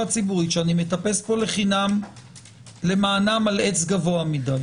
הציבורית שאני מטפס פה לחינם למענם על עץ גבוה מדי.